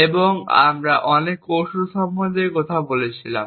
এবং আমরা অনেক কৌশল সম্পর্কে কথা বলেছিলাম